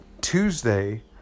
Tuesday